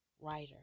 writer